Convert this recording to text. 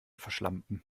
verschlampen